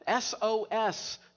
SOS